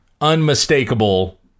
Unmistakable